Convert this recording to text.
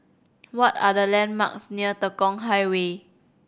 what are the landmarks near Tekong Highway